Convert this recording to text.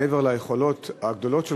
מעבר ליכולות הגדולות שלך,